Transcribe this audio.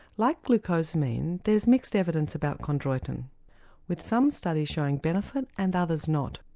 like glucosamine there's mixed evidence about chondroitin with some studies showing benefit and others not.